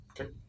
Okay